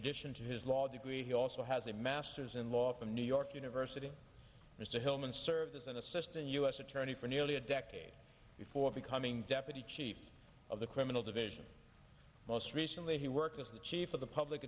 addition to his law degree he also has a master's in law from new york university mr hellman served as an assistant u s attorney for nearly a decade before becoming deputy chief of the criminal division most recently he worked as the chief of the public